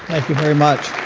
very much.